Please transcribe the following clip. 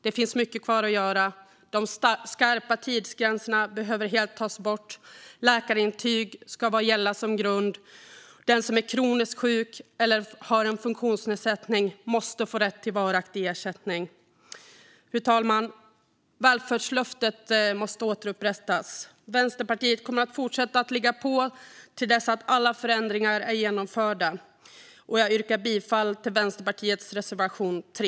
Det finns mycket kvar att göra: De skarpa tidsgränserna behöver helt tas bort. Läkarintyg ska gälla som grund. Den som är kroniskt sjuk eller har en funktionsnedsättning måste få rätt till varaktig ersättning. Fru talman! Välfärdslöftet måste återupprättas. Vänsterpartiet kommer att fortsätta att ligga på till dess att alla förändringar är genomförda. Jag yrkar bifall till Vänsterpartiets reservation 3.